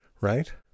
right